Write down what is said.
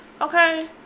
okay